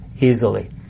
easily